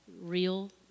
real